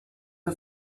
the